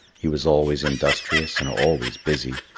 he was always industrious and always busy,